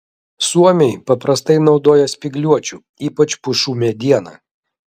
suomiai paprastai naudoja spygliuočių ypač pušų medieną